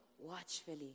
watchfully